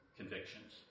convictions